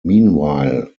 meanwhile